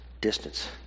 distance